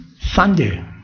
Sunday